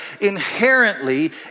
inherently